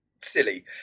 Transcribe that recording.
silly